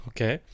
Okay